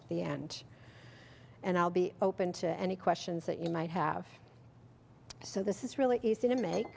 at the end and i'll be open to any questions that you might have so this is really easy to make